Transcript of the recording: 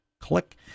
click